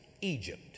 Egypt